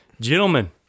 Gentlemen